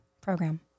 program